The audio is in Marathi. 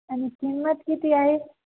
आणि किंमत किती आहे